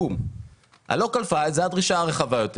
ה- local fileזה הדרישה הרחבה יותר.